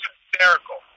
hysterical